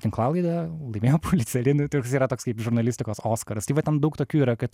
tinklalaidę laimėjo pulicerį toks yra toks kaip žurnalistikos oskaras tai va ten daug tokių yra kad